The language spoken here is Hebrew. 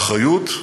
באחריות,